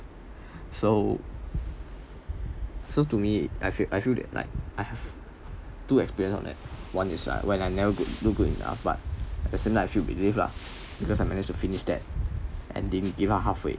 so so to me I feel I feel that like I've two experience on that one is I when I never do good enough but at the same time I still believe lah because I managed to finish that and didn't give up halfway